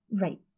Right